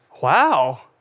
Wow